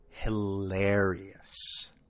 hilarious